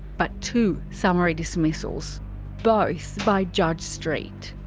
but two summary dismissals both by judge street.